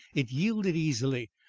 it yielded easily,